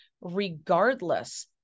regardless